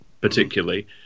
particularly